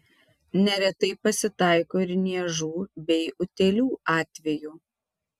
neretai pasitaiko ir niežų bei utėlių atvejų